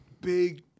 big